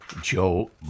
Joe